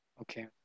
Okay